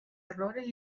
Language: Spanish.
errores